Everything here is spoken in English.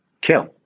kill